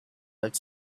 its